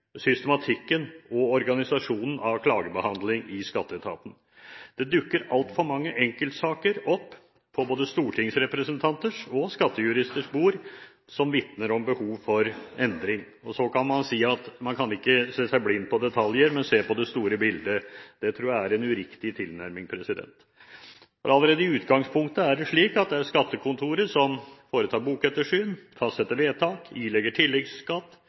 systematikken og organisasjonen av klagebehandling i skatteetaten. Det dukker opp altfor mange enkeltsaker – på både stortingsrepresentanters og skattejuristers bord – som vitner om behov for endring. Så kan man si at man ikke skal se seg blind på detaljer, men at man må se på det store bildet. Det tror jeg er en uriktig tilnærming, for allerede i utgangspunktet er det slik at det er skattekontoret som foretar bokettersyn, fastsetter vedtak, ilegger